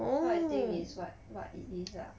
so I think is what what it is lah